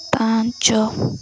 ପାଞ୍ଚ